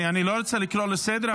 אני לא רוצה לקרוא לסדר,